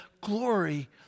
glory